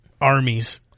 armies